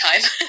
time